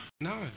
No